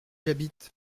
j’habite